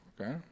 Okay